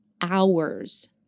hours